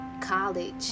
college